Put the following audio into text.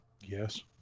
Yes